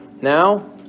Now